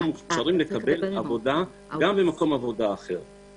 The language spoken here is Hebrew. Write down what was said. מוכשרים לקבל עבודה גם במקום עבודה אחר.